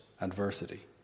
adversity